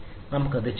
നമുക്ക് അത് ചെയ്യാം